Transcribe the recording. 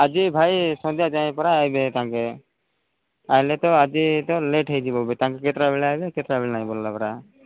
ଆଜି ଭାଇ ସନ୍ଧ୍ୟା ଯାଏ ପରା ଆସିବେ ତାଙ୍କେ ଆସିଲେ ତ ଆଜି ତ ଲେଟ୍ ହେଇଯିବ ବି ତାଙ୍କେ କେତେଟା ବେଳେ ଆସିବେ କେତେଟା ବେଳେ ନାଇଁ ବୋଲିଲା ପରା